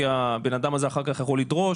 כי הבנאדם הזה אחר כך יכול לדרוש